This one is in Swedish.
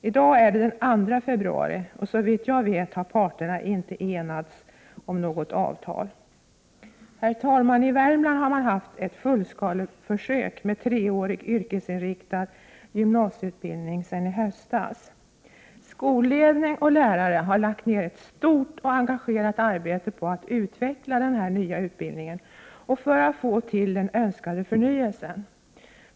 I dag är det den 2 februari, och såvitt jag vet har inte parterna enats om något avtal. Herr talman! I Värmland har man haft ett fullskaleförsök med treårig yrkesinriktad gymnasieutbildning sedan i höstas. Skolledning och lärare har lagt ned ett stort och engagerat arbete på att utveckla den nya utbildningen och för att få till stånd den önskade förnyelsen.